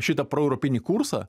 šitą proeuropinį kursą